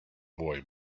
boy